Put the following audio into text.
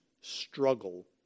struggle